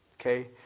Okay